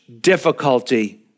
difficulty